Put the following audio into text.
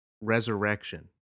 resurrection